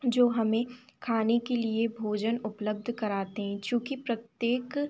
जो हमें खाने के लिए भोजन उपलब्ध कराते हैं क्योंकि प्रत्येक